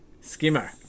Skimmer